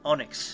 Onyx